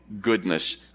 goodness